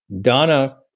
Donna